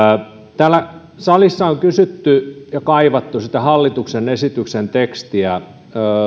täällä salissa on kysytty ja kaivattu hallituksen esityksen tekstiä